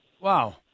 Wow